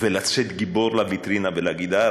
ולצאת גיבור לוויטרינה ולהגיד: אה,